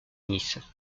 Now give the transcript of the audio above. nice